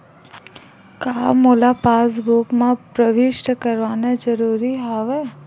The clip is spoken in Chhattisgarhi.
का मोला पासबुक म प्रविष्ट करवाना ज़रूरी हवय?